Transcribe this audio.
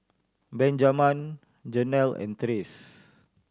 Benjaman Janel and Trace